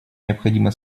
необходимо